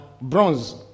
Bronze